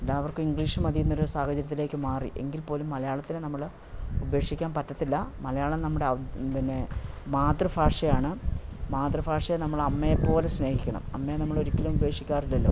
എല്ലാവർക്കും ഇംഗ്ലീഷ് മതിയെന്നൊരു സാഹചര്യത്തിലേക്ക് മാറി എങ്കിൽപ്പോലും മലയാളത്തിലെ നമ്മൾ ഉപേക്ഷിക്കാൻ പറ്റില്ല മലയാളം നമ്മുടെ പിന്നെ മാതൃഭാഷയാണ് മാതൃഭാഷയെ നമ്മൾ അമ്മയെപ്പോലെ സ്നേഹിക്കണം അമ്മയെ നമ്മൾ ഒരിക്കലും ഉപേക്ഷിക്കാറില്ലല്ലോ